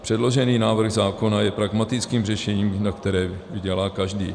Předložený návrh zákona je pragmatickým řešením, na kterém vydělá každý.